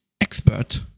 expert